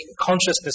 Consciousness